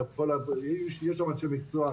יש שם אנשי מקצוע,